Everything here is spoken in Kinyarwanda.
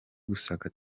gusaka